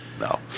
no